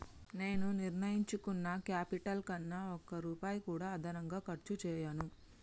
నేను నిర్ణయించుకున్న క్యాపిటల్ కన్నా ఒక్క రూపాయి కూడా అదనంగా ఖర్చు చేయను